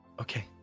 Okay